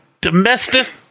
Domestic